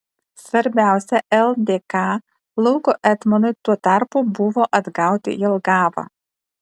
svarbiausia ldk lauko etmonui tuo tarpu buvo atgauti jelgavą